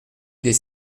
des